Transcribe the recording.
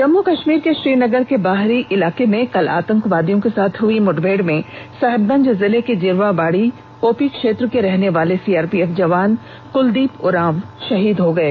जम्मू कश्मीर के श्रीनगर के बाहरी इलाके में कल आतंकवादियों के साथ हुई मुठभेड़ में साहिबगंज जिले के जिरवाबाड़ी ओपी क्षेत्र के रहनेवाले सीआरपीएफ जवान कुलदीप उरांव शहीद हो गये